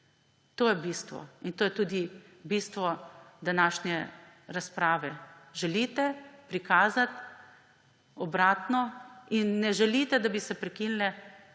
To je bistvo. In to je tudi bistvo današnje razprave. Želite prikazati obratno in ne želite, da bi se prekinile